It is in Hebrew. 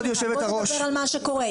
בוא תדבר על מה שקורה.